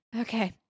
Okay